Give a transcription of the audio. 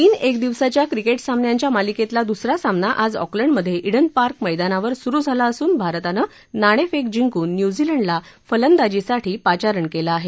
तीन एक दिवसाच्या क्रिकेट सामन्यांच्या मालिकेतला दुसरा सामना आज ऑकलंडमध्ये ईडन पार्क मैदानावर सुरू झाला असून भारतानं नाणेफेक जिंकून न्यूझीलंडला फलंदाजीसाठी पाचारण केलं आहे